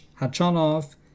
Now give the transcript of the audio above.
Hachanov